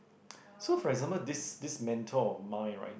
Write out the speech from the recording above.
so for example this this mentor of mine right